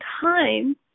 time